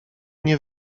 nie